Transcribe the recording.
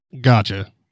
Gotcha